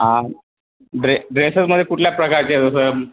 ड्रे ड्रेसेसमध्ये कुठल्या प्रकारचे जसं